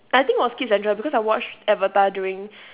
I think it was kids central because I watched avatar during